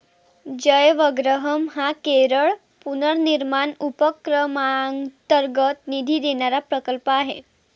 जयवग्रहम हा केरळ पुनर्निर्माण उपक्रमांतर्गत निधी देणारा प्रकल्प आहे